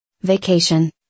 Vacation